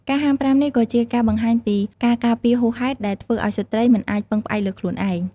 ការហាមប្រាមនេះក៏ជាការបង្ហាញពីការការពារហួសហេតុដែលធ្វើឱ្យស្ត្រីមិនអាចពឹងផ្អែកលើខ្លួនឯង។